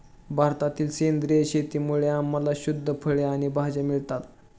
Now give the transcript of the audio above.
भारतातील सेंद्रिय शेतीमुळे आम्हाला शुद्ध फळे आणि भाज्या मिळतात